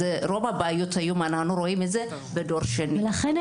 רוב הבעיות, היום אנחנו רואים את זה בדור שני.